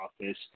office